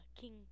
King